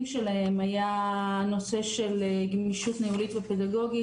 שלהם היה הנושא של גמישות ניהולית ופדגוגית,